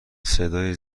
صدای